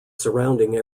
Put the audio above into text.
surrounding